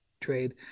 trade